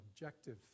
objective